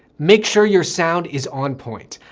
make sure your sound is on point,